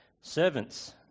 Servants